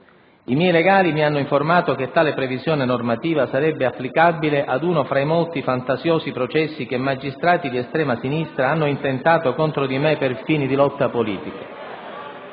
I miei legali mi hanno informato che tale previsione normativa sarebbe applicabile ad uno fra i molti fantasiosi processi che magistrati di estrema sinistra hanno intentato contro di me per fini di lotta politica.